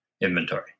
inventory